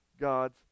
god's